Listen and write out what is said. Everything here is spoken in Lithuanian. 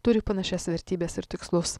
turi panašias vertybes ir tikslus